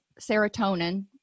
serotonin